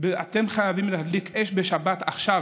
אתם חייבים להדליק אש בשבת עכשיו,